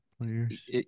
players